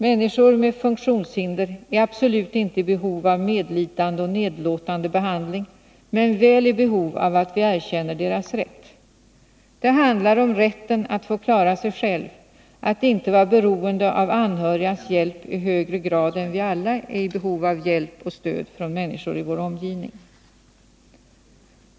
Människor med funktionshinder är absolut inte i behov av medlidande och nedlåtande behandling men väl i behov av att vi erkänner deras rätt. Det handlar om rätten att få klara sig själv, att inte vara beroende av anhörigas hjälp i högre grad än vi alla är i behov av hjälp och stöd från människor i vår omgivning.